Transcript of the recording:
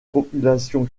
population